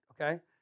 okay